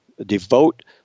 devote